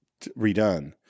redone